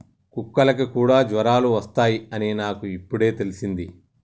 కుక్కలకి కూడా జ్వరాలు వస్తాయ్ అని నాకు ఇప్పుడే తెల్సింది